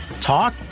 talk